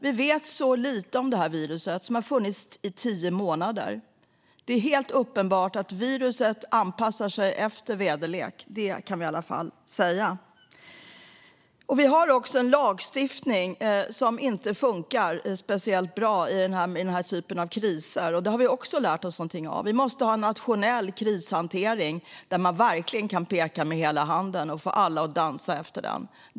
Vi vet så lite om detta virus, som har funnits i tio månader. Det är dock helt uppenbart att viruset anpassar sig efter väderlek. Vår lagstiftning funkar inte speciellt bra i denna typ av kris. Detta har vi nu lärt oss något av och insett att vi måste ha en nationell krishantering där man kan peka med hela handen och få alla med sig.